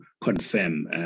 confirm